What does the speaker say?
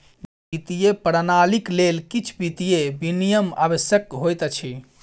वित्तीय प्रणालीक लेल किछ वित्तीय विनियम आवश्यक होइत अछि